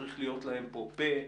צריך להיות להם פה פה.